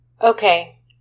Okay